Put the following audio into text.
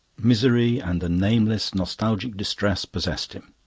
misery and a nameless nostalgic distress possessed him.